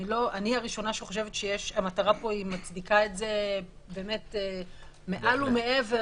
אני חושבת שהמטרה מצדיקה את זה מעל ומעבר